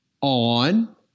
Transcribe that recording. on